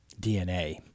DNA